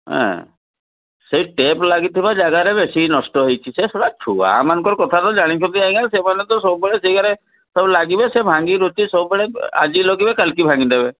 ହଁ ସେଇ ଟେପ୍ ଲାଗିଥିବା ଜାଗାରେ ବେଶୀ ନଷ୍ଟ ହେଇଛି ସେ ଶଳା ଛୁଆମାନଙ୍କ କଥା ତ ଜାଣିଛନ୍ତି ଆଜ୍ଞା ସେମାନେ ତ ସବୁବେଳେ ସେଗାରେ ସବୁ ଲାଗିବେ ସେ ଭାଙ୍ଗିରୁଜି ସବୁବେଳେ ଆଜି ଲଗେଇବେ କାଲିକି ଭାଙ୍ଗିଦେବେ